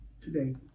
today